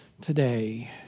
today